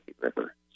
River